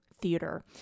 theater